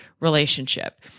relationship